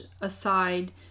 aside